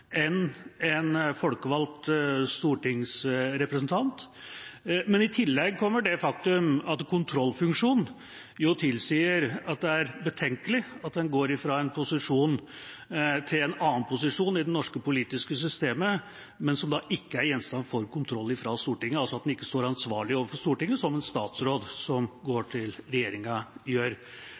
en folkevalgt stortingsrepresentant. I tillegg kommer det faktum at kontrollfunksjonen tilsier at det er betenkelig at en går fra en posisjon til en annen i det norske politiske systemet, og som ikke er gjenstand for kontroll fra Stortinget, altså at en ikke står ansvarlig overfor Stortinget, slik en statsråd som går til regjeringa, gjør.